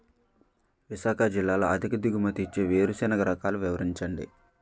విశాఖ జిల్లాలో అధిక దిగుమతి ఇచ్చే వేరుసెనగ రకాలు వివరించండి?